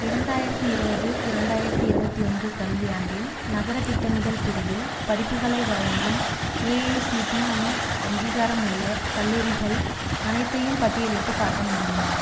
இரண்டாயிரத்து இருபது இரண்டாயிரத்து இருபத்து ஒன்று கல்வியாண்டில் நகரத் திட்டமிடல் பிரிவில் படிப்புகளை வழங்கும் ஏஐசிடிஇ அங்கீகாரமுள்ள கல்லூரிகள் அனைத்தையும் பட்டியலிட்டுக் காட்ட முடியுமா